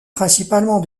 principalement